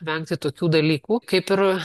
vengti tokių dalykų kaip ir